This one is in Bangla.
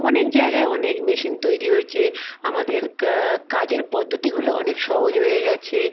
অনেক জায়গায় অনেক মেশিন তৈরি হয়েছে আমাদের কা কাজের পদ্ধতিগুলো অনেক সহজ হয়ে গেছে